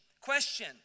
Question